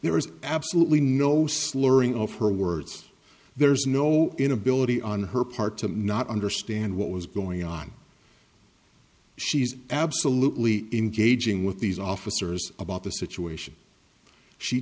there is absolutely no slurring of her words there's no inability on her part to not understand what was going on she's absolutely engaging with these officers about the situation she